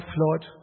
Lord